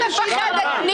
מפחדת.